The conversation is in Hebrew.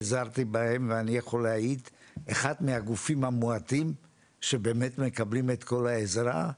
ואני יכול להעיד שזה אחד הגופים המועטים שבאמת מקבלים בהם את כל העזרה.